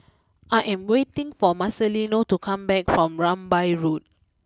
I am waiting for Marcelino to come back from Rambai Road